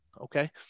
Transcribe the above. Okay